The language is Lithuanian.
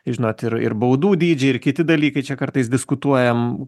žinot ir ir baudų dydžiai ir kiti dalykai čia kartais diskutuojam